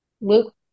Luke